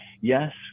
yes